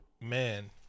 man